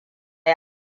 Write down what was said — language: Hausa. yi